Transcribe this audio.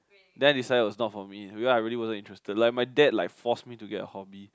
then I decided it was not for me because I really wasn't interested like my dad like force me to get a hobby